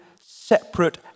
separate